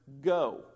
go